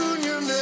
Union